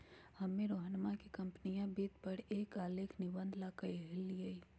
हम्मे रोहनवा के कंपनीया वित्त पर एक आलेख निबंध ला कहली